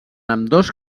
ambdós